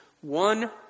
One